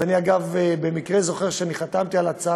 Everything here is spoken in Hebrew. אני,